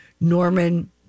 Norman